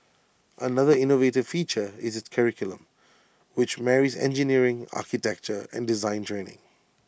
another innovative feature is its curriculum which marries engineering architecture and design training